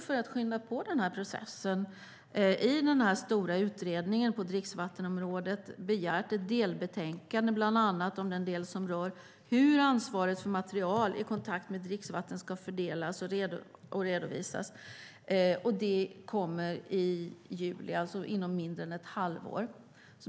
För att skynda på processen har vi i samband med den stora utredningen på dricksvattenområdet begärt ett delbetänkande om bland annat det som rör hur ansvaret för material i kontakt med dricksvatten ska fördelas. Redovisning av uppdraget ska ske i juli, alltså mindre än om ett halvår.